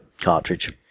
cartridge